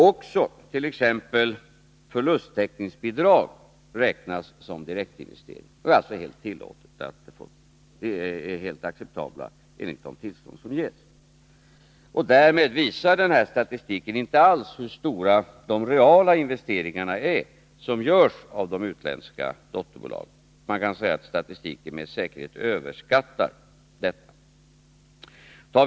Även t.ex. förlusttäckningsbidrag räknas som direktinvesteringar och är alltså helt acceptabla enligt de tillstånd som ges. Därmed visar den här statistiken inte alls hur stora de reala investeringar är som görs av de utländska dotterbolagen. Man kan säga att statistiken med säkerhet överskattar dessa investeringar.